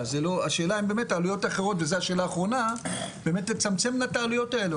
השאלה אם באמת העלויות האחרות באמת תצמצמנה את העלויות האלה,